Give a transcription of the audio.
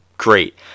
Great